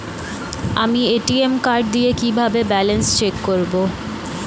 আমি ATM card দিয়ে কিভাবে ব্যালেন্স চেক করব?